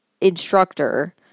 instructor